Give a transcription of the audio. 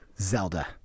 Zelda